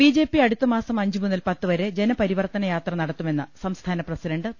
BJP അടുത്തമാസം അഞ്ച് മുതൽ പത്തു വരെ ജനപരി വർത്തന യാത്ര നടത്തുമെന്ന് സംസ്ഥാന പ്രസിഡന്റ് പി